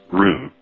room